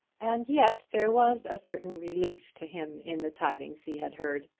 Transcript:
and yet there was a certain relief to him in the tidings he had heard.